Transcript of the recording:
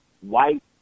white